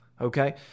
Okay